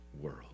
world